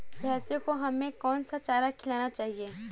भैंसों को हमें कौन सा चारा खिलाना चाहिए?